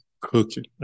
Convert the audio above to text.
cooking